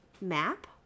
map